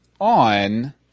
on